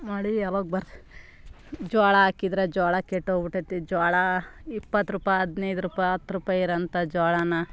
ಮಳೆ ಯಾವಾಗ ಬರ್ತೆ ಜೋಳ ಹಾಕಿದ್ರೆ ಜೋಳ ಕೆಟ್ಟೋಗಿಬಿಟೈತೆ ಜೋಳ ಇಪ್ಪತ್ತು ರೂಪೈ ಹದ್ನೈದು ರೂಪೈ ಹತ್ತು ರೂಪಾಯಿ ಇರೋ ಅಂಥ ಜೋಳನ